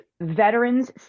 veterans